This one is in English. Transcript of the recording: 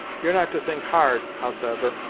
you're not to think hard, howsever,